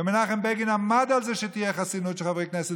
ומנחם בגין עמד על זה שתהיה חסינות לחברי כנסת,